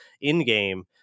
in-game